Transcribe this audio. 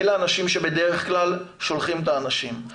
אלה האנשים שבדרך כלל שולחים את האנשים,